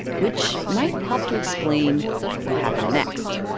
which might help to explain what happened next.